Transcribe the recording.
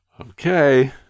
Okay